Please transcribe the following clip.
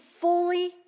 fully